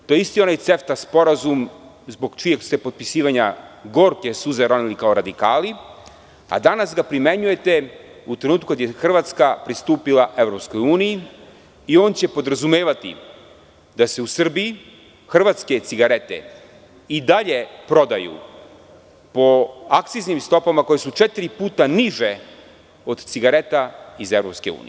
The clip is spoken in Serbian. To je onaj isti CEFTA sporazum zbog čijeg je potpisivanja gorke suze ronili kao radikali, a danas ga primenjujete u trenutku kada je Hrvatska pristupila EU i on će podrazumevati da se u Srbiji hrvatske cigarete i dalje prodaju po akcijskim stopama koje su četiri puta niže od cigareta iz EU.